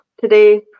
today